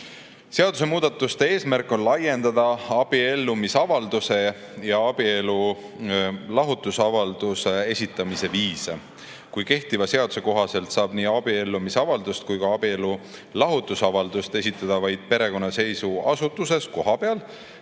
Seadusemuudatuste eesmärk on laiendada abiellumisavalduse ja abielulahutusavalduse esitamise viise. Kehtiva seaduse kohaselt saab nii abiellumisavaldust kui ka abielulahutusavaldust esitada vaid perekonnaseisuasutuses kohapeal,